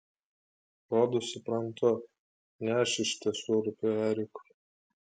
rodos suprantu ne aš iš tiesų rūpiu erikui